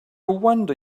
wonder